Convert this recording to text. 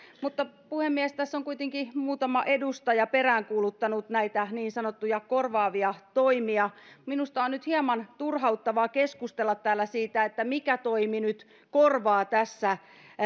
mutta puhemies tässä on kuitenkin muutama edustaja peräänkuuluttanut näitä niin sanottuja korvaavia toimia minusta on nyt hieman turhauttavaa keskustella täällä siitä että mikä toimi nyt korvaa tässä